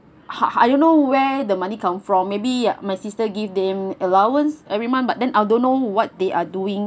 I I don't know where the money come from maybe my sister give them allowance every month but then I don't know what they are doing